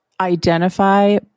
identify